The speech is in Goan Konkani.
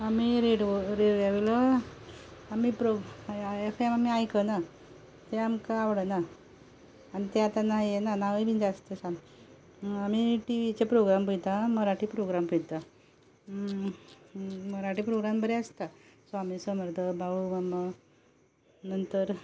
आमी रेडओ रेवलो वयलो आमी प्रोग्राम एफ एम आमी आयकना तें आमकां आवडना आनी तें आतां येना नाय बीन जास्तशे आमी टिवीचे प्रोग्राम पळयता मराठी प्रोग्राम पळयता मराठी प्रोग्राम बरे आसता स्वामी समर्त बाळू मामा नंतर